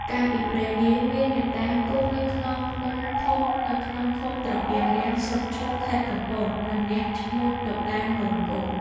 កាលពីព្រេងនាយ មានអ្នកតាគង់នៅខ្នងភ្នំធំ នៅឃុំត្រពាំងរាំង ស្រុកឈូក ខេត្តកំពតម្នាក់ ឈ្មោះលោកតាម៉ឺន-គង់។